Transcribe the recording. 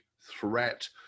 threat